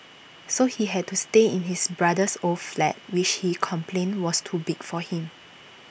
so he had to stay in his brother's old flat which he complained was too big for him